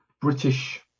British